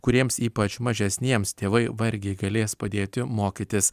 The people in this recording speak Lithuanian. kuriems ypač mažesniems tėvai vargiai galės padėti mokytis